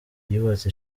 yubatse